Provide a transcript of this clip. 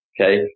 Okay